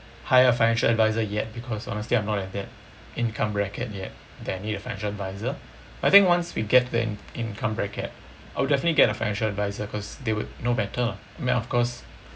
hire a financial advisor yet because honestly I'm not at that income bracket yet that I need a financial advisor I think once we get the income bracket I'll definitely get a financial advisor because they would know better lah I mean of course